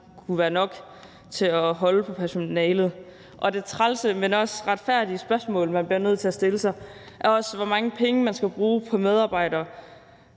kan være nok til at holde på personalet, og det trælse, men også retfærdige spørgsmål, man bliver nødt til at stille sig, er også, hvor mange penge man skal bruge på medarbejdere,